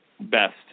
best